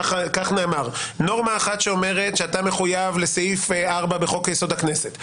כך נאמר נורמה אחת אומרת שאתה מחויב לסעיף 4 בחוק-יסוד: הכנסת.